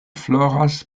floras